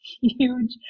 huge